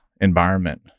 environment